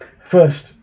First